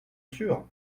sur